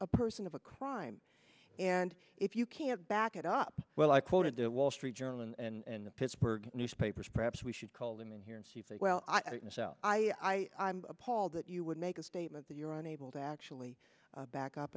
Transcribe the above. a person of a crime and if you can't back up well i quoted the wall street journal and the pittsburgh newspapers perhaps we should call them in here and she said well i can sell i i'm appalled that you would make a statement that you're unable to actually back up